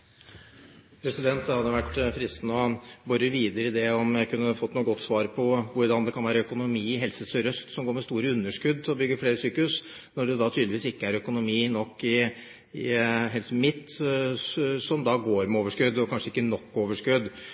replikkordskifte. Det hadde vært fristende å bore videre i dette, og om jeg kunne fått noe godt svar på hvordan det kan være økonomi i Helse Sør-Øst, som går med store underskudd, til å bygge flere sykehus, når det tydeligvis ikke er økonomi nok i Helse Midt-Norge, som da går med overskudd, om kanskje ikke nok overskudd.